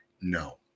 no